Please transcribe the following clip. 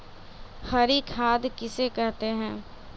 हरी खाद किसे कहते हैं?